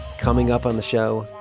coming up on the show,